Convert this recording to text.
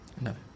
No